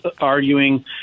arguing